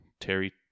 Terry